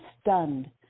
stunned